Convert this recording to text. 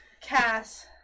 Cass